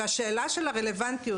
והשאלה של הרלוונטיות,